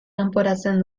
kanporatzen